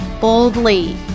boldly